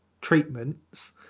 treatments